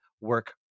work